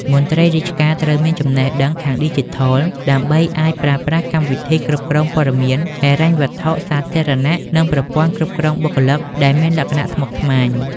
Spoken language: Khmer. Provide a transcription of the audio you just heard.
មន្ត្រីរាជការត្រូវមានចំណេះដឹងខាងឌីជីថល ដើម្បីអាចប្រើប្រាស់កម្មវិធីគ្រប់គ្រងព័ត៌មានហិរញ្ញវត្ថុសាធារណៈ និងប្រព័ន្ធគ្រប់គ្រងបុគ្គលិកដែលមានលក្ខណៈស្មុគស្មាញ។